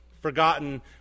forgotten